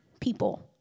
people